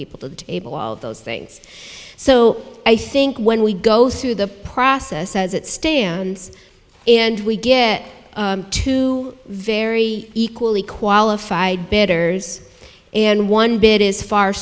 people to able all of those things so i think when we go through the process as it stands and we get to very equally qualified bidders and one bit is far